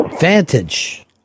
Vantage